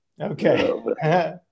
Okay